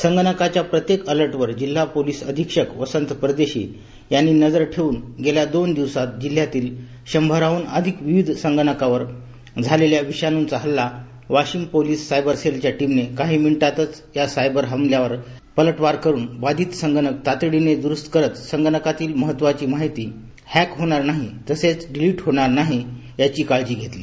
संगणकाच्या प्रत्येक अलर्टवर जिल्हा पोलिस अधीक्षक वसंत परदेशी यांनी नजर ठेवून गेल्या दोन दिवसात जिल्ह्यातील शंभराहून अधिक विविध संगणकावर झालेल्या विषाणूंचा हल्ला वाशिम पोलीस सायबर सेलच्या टिमने काही मिनिटांतच या सायबर हल्यावर पलटवार करून बाधित संगणक तातडीने द्रुस्त करत संगणकातील महत्वाची माहिती हॅक होणार नाही तसेच डिलीट होणार नाही याची काळजी घेतली